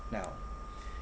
now